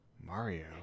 Mario